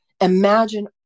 imagine